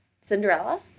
Cinderella